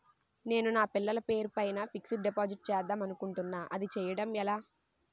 నేను నా పిల్లల పేరు పైన ఫిక్సడ్ డిపాజిట్ చేద్దాం అనుకుంటున్నా అది చేయడం ఎలా?